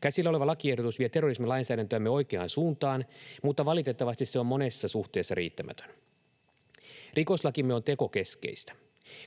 Käsillä oleva lakiehdotus vie terrorismilainsäädäntöämme oikeaan suuntaan, mutta valitettavasti se on monessa suhteessa riittämätön. Rikoslakimme on tekokeskeistä: